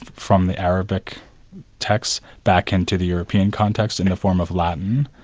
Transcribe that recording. from the arabic text back into the european context in the form of latin.